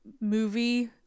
movie